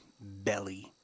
belly